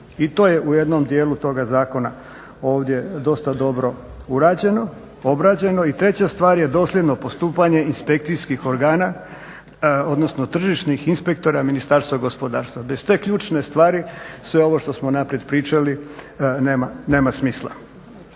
I to je u jednom dijelu toga zakona ovdje dosta dobro obrađeno. I treća stvar je dosljedno postupanje inspekcijskih organa, odnosno tržišnih inspektora Ministarstva gospodarstva. Bez te ključne stvari sve ovo što smo naprijed pričali nema smisla.